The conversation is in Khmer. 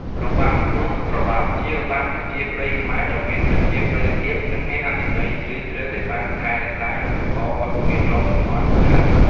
របាំគោះត្រឡោក ជារបាំប្រជាប្រិយខ្មែរដ៏មានប្រជាប្រិយភាព និងមានអត្ថន័យជ្រាលជ្រៅ ដែលបានថែរក្សា និងបន្តវត្តមានរាប់ជំនាន់មកហើយ។